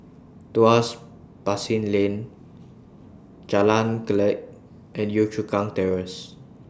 Tuas Basin Lane Jalan Kledek and Yio Chu Kang Terrace